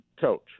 coach